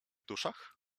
duszach